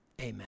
Amen